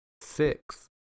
six